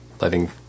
letting